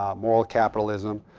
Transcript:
um moral capitalism.